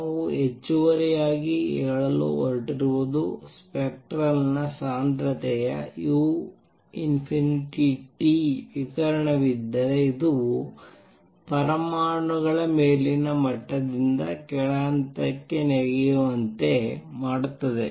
ನಾವು ಹೆಚ್ಚುವರಿಯಾಗಿ ಹೇಳಲು ಹೊರಟಿರುವುದು ಸ್ಪೆಕ್ಟ್ರಲ್ ಸಾಂದ್ರತೆಯ u T ವಿಕಿರಣವಿದ್ದರೆ ಇದು ಪರಮಾಣುಗಳು ಮೇಲಿನ ಮಟ್ಟದಿಂದ ಕೆಳ ಹಂತಕ್ಕೆ ನೆಗೆಯುವಂತೆ ಮಾಡುತ್ತದೆ